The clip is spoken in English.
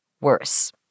worse